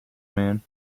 man